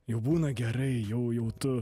jau būna gerai jau jau tu